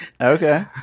okay